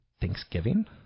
Thanksgiving